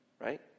Right